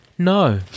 No